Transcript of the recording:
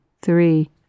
three